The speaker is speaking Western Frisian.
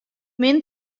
min